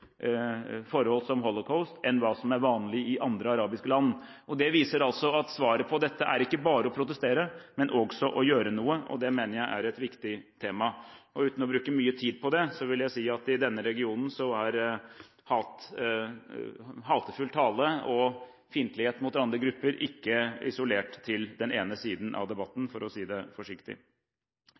forhold som holocaust, enn hva som er vanlig i andre arabiske land. Det viser at svaret på dette ikke bare er å protestere, men også å gjøre noe. Det mener jeg er et viktig tema. Uten å bruke mye tid på det, vil jeg si at i denne regionen er hatefull tale og fiendtlighet mot andre grupper ikke isolert til den ene siden av debatten – for å si det forsiktig.